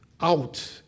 out